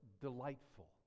delightful